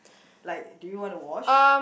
like do you want to wash